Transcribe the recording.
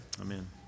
Amen